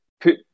put